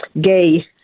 gay